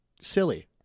silly